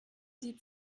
sieht